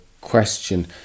question